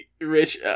Rich